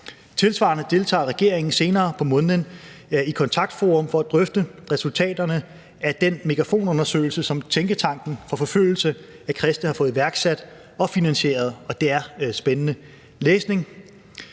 Tilsvarende deltager regeringen senere på måneden i Kontaktforum for at drøfte resultaterne af den megafonundersøgelse, som Tænketanken for Forfulgte Kristne har fået iværksat og finansieret, og det er spændende læsning.